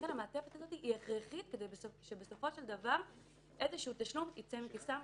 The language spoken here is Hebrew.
לכן המעטפת הזאת היא הכרחית כדי שבסופו של דבר איזה תשלום יצא מכיסם,